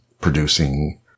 producing